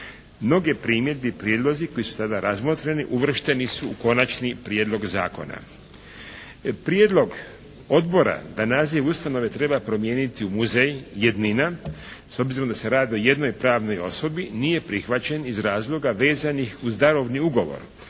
Mnoge primjedbe i prijedlozi koji su tada razmotreni uvršteni su u konačni prijedlog zakona. Prijedlog odbora da naziv ustanove treba promijeniti u muzej, jednina s obzirom da se radi o jednoj pravnoj osobi nije prihvaćen iz razloga vezanih uz darovni ugovor